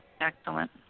Excellent